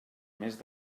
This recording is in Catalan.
mes